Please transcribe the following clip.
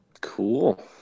Cool